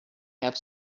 have